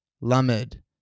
Lamed